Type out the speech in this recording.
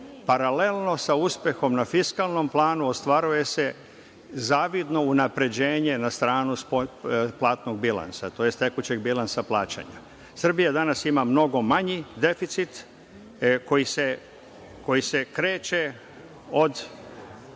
paralelno sa uspehom na fiskalnom planu ostvaruje se zavidno unapređenje na stranu platnog bilansa, tj. tekućeg bilansa plaćanja. Srbija danas ima mnogo manji deficit koji se kreće na